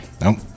Nope